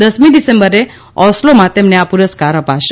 દસમી ડિસેમ્બરે ઓસ્લોમાં તેમને આ પુરસ્કાર અપાશે